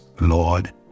Lord